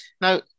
Now